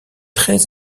très